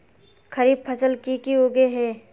खरीफ फसल की की उगैहे?